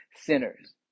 sinners